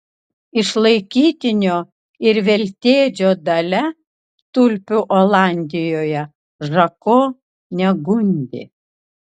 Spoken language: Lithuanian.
išlaikytinio ir veltėdžio dalia tulpių olandijoje žako negundė